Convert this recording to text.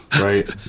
right